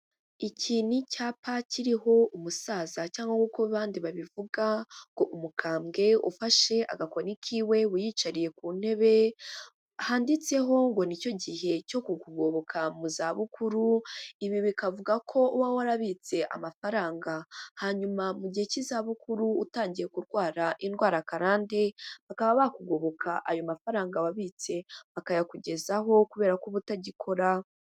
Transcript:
Icyi ni icyapa kiriho umusaza cyangwa uko abandi babivuga ngo umukambwe ufashe agakoni kiwe wiyicariye ku ntebe, handitseho ngo nicyo gihe cyo kukugoboka mu za bukuru ibi bikavuga ko uba warabitse amafaranga, hanyuma mu gihe cy'izabukuru utangiye kurwara indwara karande bakaba bakugoboka ayo mafaranga wabitse bakayakugezaho kubera ko uba utagikora.